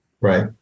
Right